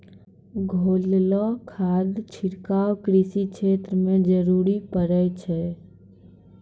घोललो खाद छिड़काव कृषि क्षेत्र म जरूरी पड़ै छै